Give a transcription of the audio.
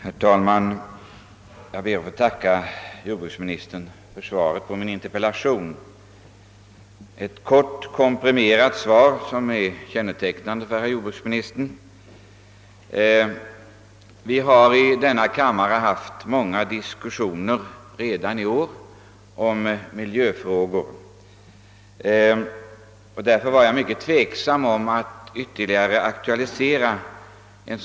Herr talman! Jag ber att få tacka jordbruksministern för svaret på min interpellation. Det var ett kort och komprimerat svar, vilket ju är kännetecknande för jordbruksministern. Vi har i år redan haft ett flertal diskussioner i denna kammare om miljöfrågorna, och därför var jag mycket tveksam huruvida jag än en gång skulle aktualisera dem.